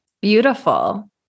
Beautiful